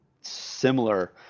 similar